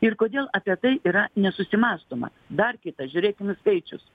ir kodėl apie tai yra nesusimąstoma dar kita žiūrėkim į skaičius